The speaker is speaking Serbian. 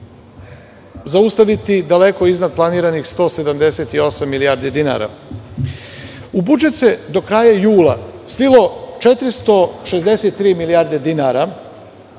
zaustaviti daleko iznad planiranih 178 milijardi dinara. U budžet se do kraja jula slilo 463 milijarde dinara,